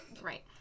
Right